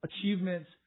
achievements